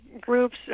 groups